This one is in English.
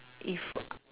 if